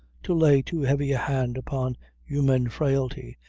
to lay too heavy a hand upon human frailty,